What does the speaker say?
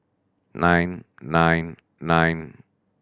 nine nine nine